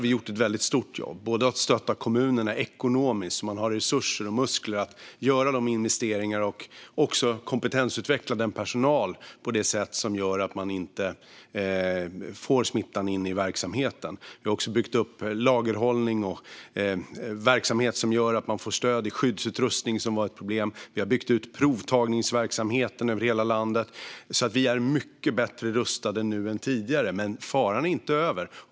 Vi gjort ett väldigt stort jobb genom att stötta kommunerna ekonomiskt så att de har resurser och muskler att göra investeringar och kompetensutveckla personal så att man inte får in smittan i verksamheten. Vi har också byggt upp lagerhållning och verksamhet som gör att man får stöd i skyddsutrustning, som var ett problem. Vi har byggt ut provtagningsverksamheten över hela landet. Vi är mycket bättre rustade nu än tidigare, men faran är inte över.